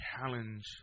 challenge